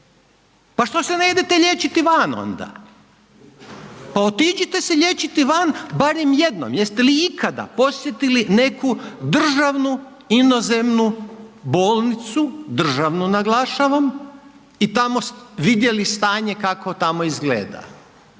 pa što se ne idete liječiti van, pa otiđite se liječiti van barem jednom. Jeste li ikada posjetili neku državnu inozemnu bolnicu, državnu naglašavam i tamo vidjeli stanje kako tamo izgleda.